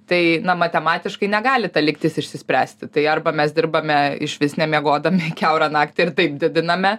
tai na matematiškai negali ta lygtis išsispręsti tai arba mes dirbame išvis nemiegodami kiaurą naktį ir taip didiname